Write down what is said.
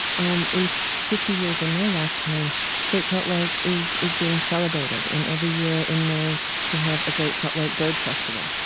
um in fifty years in my lifetime great salt lake is is being celebrated, and every year in may we have a great salt lake bird festival.